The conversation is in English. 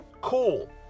cool